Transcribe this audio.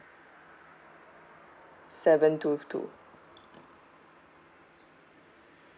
seven two two